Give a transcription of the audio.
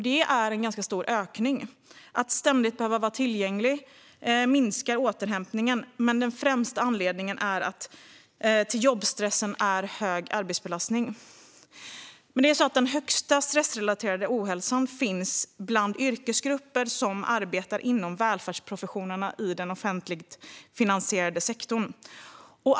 Det är en ganska stor ökning. Att ständigt behöva vara tillgänglig minskar återhämtningen, men den främsta anledningen till jobbstressen är hög arbetsbelastning. Den högsta stressrelaterade ohälsan finns dock bland yrkesgrupper som arbetar inom välfärdsprofessioner i den offentligt finansierade sektorn.